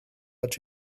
let